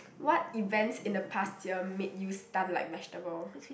what events in the past year made you stunned like vegetable